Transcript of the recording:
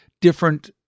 different